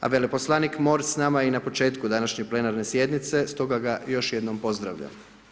A veleposlanik Mor s nama je i na početku današnje plenarne sjednice stoga ga još jednom pozdravljam.